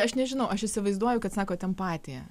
aš nežinau aš įsivaizduoju kad sakot empatija